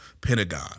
Pentagon